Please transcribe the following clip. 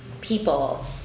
people